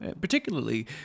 particularly